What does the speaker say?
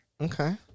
okay